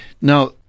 Now